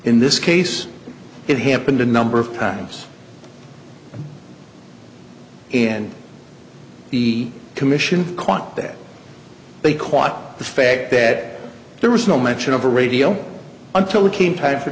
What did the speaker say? in this case it happened a number of times in the commission quote that they quat the fact that there was no mention of a radio until it came time for